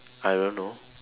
I don't know